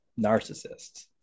narcissists